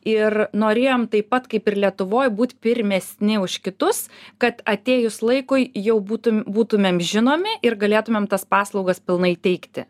ir norėjom taip pat kaip ir lietuvoj būt pirmesni už kitus kad atėjus laikui jau būtum būtumėm žinomi ir galėtumėm tas paslaugas pilnai teikti